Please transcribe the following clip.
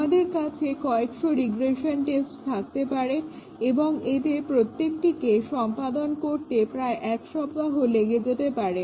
আমাদের কাছে কয়েকশো রিগ্রেশন টেস্ট থাকতে পারে এবং এদের প্রত্যেকটিকে সম্পাদন করতে প্রায় এক সপ্তাহ লেগে যেতে পারে